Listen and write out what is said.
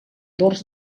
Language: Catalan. dors